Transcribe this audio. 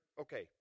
okay